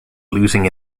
losing